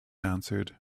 answered